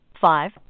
five